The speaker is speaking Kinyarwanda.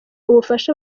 ubufasha